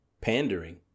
pandering